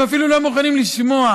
הם אפילו לא מוכנים לשמוע.